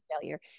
failure